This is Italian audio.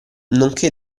nonché